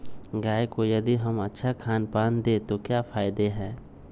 गाय को यदि हम अच्छा खानपान दें तो क्या फायदे हैं?